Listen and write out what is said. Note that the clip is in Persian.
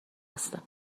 هستم